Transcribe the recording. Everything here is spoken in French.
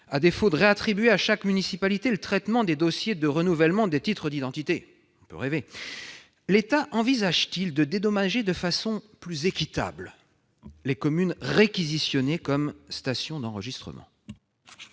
à défaut de réattribuer à chaque municipalité le traitement des dossiers de renouvellement des titres d'identité- on peut toujours rêver ...-, l'État envisage-t-il de dédommager plus équitablement les communes réquisitionnées comme station d'enregistrement ?